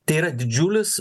tai yra didžiulis